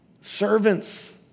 servants